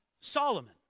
Solomon